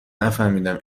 نفهمیدم